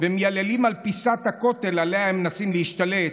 ומייללים על פיסת הכותל שעליה הם מנסים להשתלט: